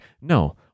no